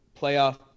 playoff